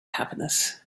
happiness